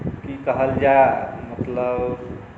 की कहल जाय मतलब